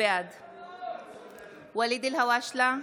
בעד ואליד אלהואשלה,